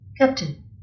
Captain